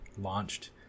launched